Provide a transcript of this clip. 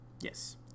yes